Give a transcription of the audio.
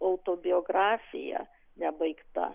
autobiografija nebaigta